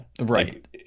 right